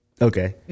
Okay